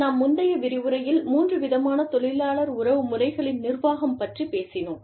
நாம் முந்தைய விரிவுரையில் மூன்று விதமான தொழிலாளர் உறவுமுறைகளின் நிர்வாகம்பற்றிப்பேசினோம்